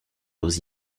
aux